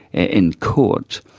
in court,